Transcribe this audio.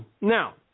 Now